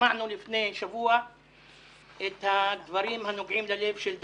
שמענו לפני שבוע את הדברים הנוגעים ללב של דפנה.